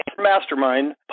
Mastermind